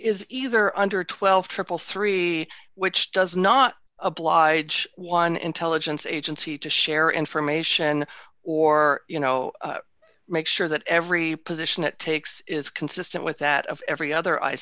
is either under twelve triple three which does not oblige one intelligence agency to share information or you know make sure that every position it takes is consistent with that of every other i